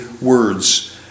words